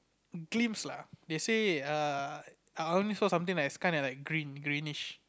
glimpse lah they say err I only saw something like is kinda like green greenish